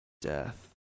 death